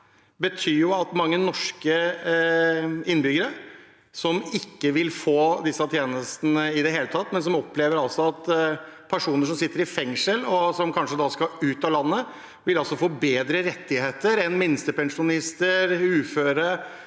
er at mange norske innbyggere ikke vil få disse tjenestene i det hele tatt. Man opplever altså at personer som sitter i fengsel, og som kanskje skal ut av landet, vil få bedre rettigheter enn minstepensjonister, uføre